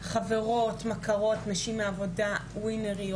חברות, מכרות, נשים מהעבודה, ווינריות